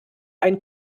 einen